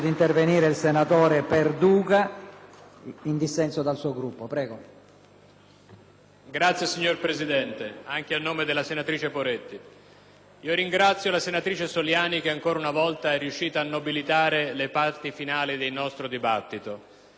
*(PD)*. Signor Presidente, intervengo anche a nome della senatrice Poretti. Ringrazio la senatrice Soliani, che ancora una volta è riuscita a nobilitare le parti finali del nostro dibattito, e annuncio la nostra astensione con la non partecipazione al voto